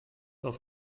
auf